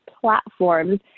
platforms